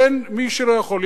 אין מי שלא יכול.